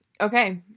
okay